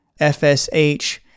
fsh